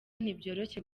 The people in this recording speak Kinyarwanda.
ntibyoroshye